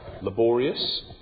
laborious